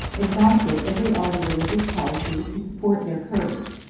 exhausted every art of religious policy to support their courage,